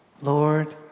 Lord